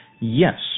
yes